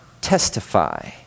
testify